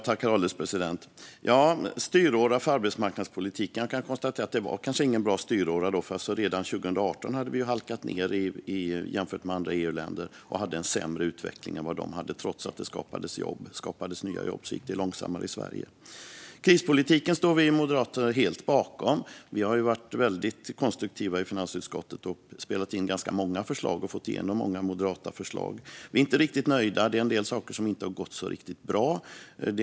Herr ålderspresident! I fråga om en styråra för arbetsmarknadspolitik kan jag konstatera att det kanske inte var en bra styråra. Redan 2018 hade vi halkat ned jämfört med andra EU-länder och hade en sämre utveckling än de hade. Trots att det skapades nya jobb gick det långsammare i Sverige. Krispolitiken står vi moderater helt bakom. Vi har varit väldigt konstruktiva i finansutskottet och spelat in ganska många förslag. Vi har också fått igenom många moderata förslag. Vi är inte riktigt nöjda. Det är en del saker som inte har gått bra.